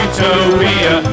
Utopia